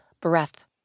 breath